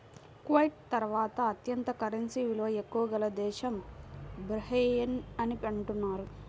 Kuwait తర్వాత అత్యంత currency విలువ ఎక్కువ గల దేశం బహ్రెయిన్ అని అంటున్నారు